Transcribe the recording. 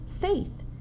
faith